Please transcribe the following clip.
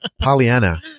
Pollyanna